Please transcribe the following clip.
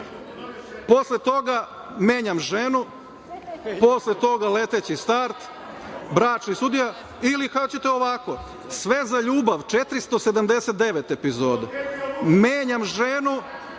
posle toga „Menjam ženu“, posle toga „Leteći start“, „Bračni sudija“. Ili hoćete ovako, „Sve za ljubav“ – 479 epizoda, „Menjam ženu“